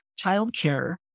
childcare